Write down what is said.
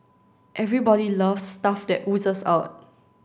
everybody loves stuff that oozes out